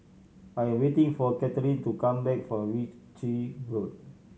I am waiting for Katharine to come back from Ritchie Road